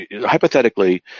hypothetically